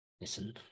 listen